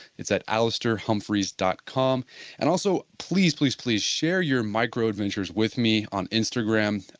it's at alastairhumphreys dot com and also, please, please, please share your microadventures with me on instagram.